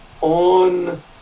on